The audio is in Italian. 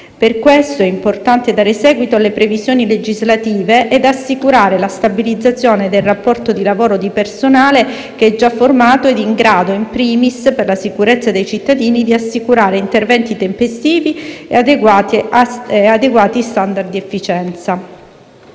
Per questo è importante dare seguito alle previsioni legislative e assicurare la stabilizzazione del rapporto di lavoro di personale che è già formato e in grado, *in primis*, per la sicurezza dei cittadini, di assicurare interventi tempestivi e adeguati *standard* di efficienza.